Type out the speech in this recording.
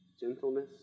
gentleness